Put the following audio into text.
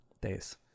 days